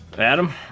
Adam